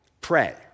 pray